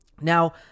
Now